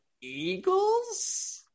Eagles